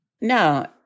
No